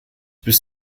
bis